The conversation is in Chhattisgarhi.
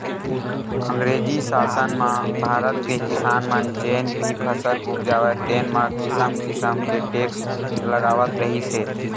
अंगरेजी सासन म भारत के किसान मन जेन भी फसल उपजावय तेन म किसम किसम के टेक्स लगावत रिहिस हे